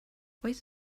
wait